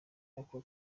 ako